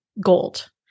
gold